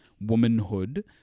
womanhood